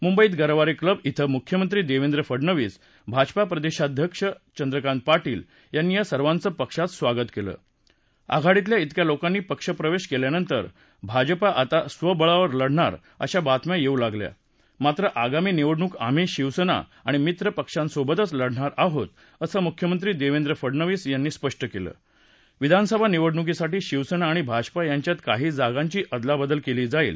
मुंबईत गरवारे क्लब इथक्विख्यमक्तीदेवेंद्र फडनवीस भाजपा प्रदेशाध्यक्ष चद्वकात भाटील यातीी या सर्वाच किशात स्वागत केल आघाडीतल्या इतक्या लोकातीी पक्षप्रवेश केल्यानस्ति भाजपा आता स्वबळावर लढणार अशा बातम्या येऊ लागल्या मात्र आगामी निवडणूक आम्ही शिवसेना आणि मित्र पक्षासींबतच लढणार आहोत असक्रिख्यमधीीफडनवीस यातीी यावेळी स्पष्ट केला विधानसभा निवडणुकीसाठी शिवसेना आणि भाजपा याव्यात काही जागाधी अदलाबदल केली जाईल